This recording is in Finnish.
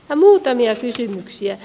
muutamia kysymyksiä